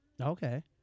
Okay